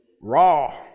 Raw